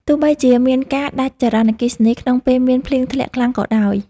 ទោះបីជាមានការដាច់ចរន្តអគ្គិសនីក្នុងពេលមានភ្លៀងធ្លាក់ខ្លាំងក៏ដោយ។